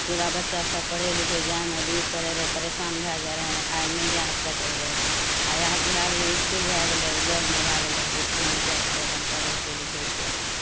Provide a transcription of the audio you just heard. पूरा बच्चासभ पढ़य लिखय जायमे दूर पड़ैत रहै परेशान भए जाइत रहै आइ नहि जाय आबि सकैत रहै आ आब भए गेलै इसकुल भए गेलै लगमे भए गेलै तऽ इसकुलमे जाइ छै अपन पढ़ै छै लिखै छै